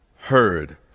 heard